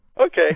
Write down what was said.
Okay